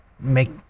Make